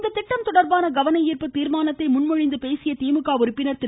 இந்த திட்டம் தொடர்பான கவனஈ்ப்பு தீர்மானத்தை முன்மொழிந்து பேசிய திமுக உறுப்பினர் திரு